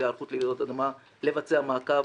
להיערכות לרעידות אדמה לבצע מעקב,